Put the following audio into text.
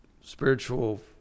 spiritual